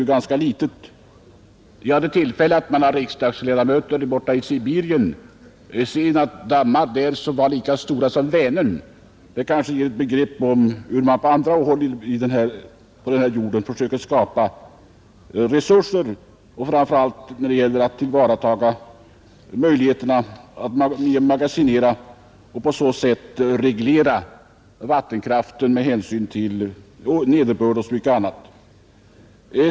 Jag hade tillfälle att tillsammans med några andra riksdagsledamöter se dammar i Sibirien som var lika stora som Vänern. Det kanske ger ett begrepp om hur man på andra håll på denna jord försöker skapa resurser, framför allt när det gäller att tillvarata möjligheterna att magasinera vatten och på så sätt reglera vattenkraften med hänsyn till nederbörd och annat.